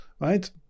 right